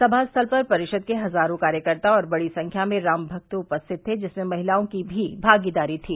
समा स्थल पर परिषद के हजारों कार्यकर्ता और बड़ी संख्या में राम भक्त उपस्थित थे जिसमें महिलाओं की भी भागीदारी थी